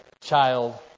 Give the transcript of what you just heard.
child